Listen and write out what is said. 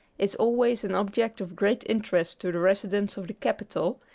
is always an object of great interest to the residents of the capital,